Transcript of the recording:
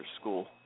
school